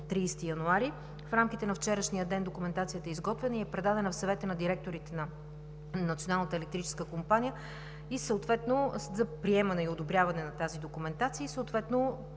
30 януари 2020 г. В рамките на вчерашния ден документацията е изготвена и предадена в Съвета на директорите на Националната електрическа компания за приемане и одобряване на тази документация и съответно